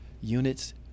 units